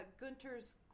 Gunter's